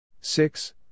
six